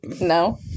No